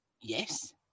yes